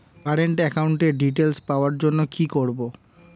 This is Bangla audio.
কারেন্ট একাউন্টের ডিটেইলস পাওয়ার জন্য কি করব?